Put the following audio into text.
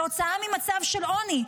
להוצאה ממצב של עוני.